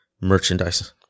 merchandise